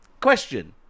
question